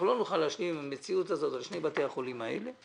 אנחנו לא נוכל להשלים עם המציאות הזאת של שני בתי החולים האלה.